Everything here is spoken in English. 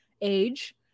age